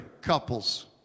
couples